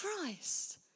Christ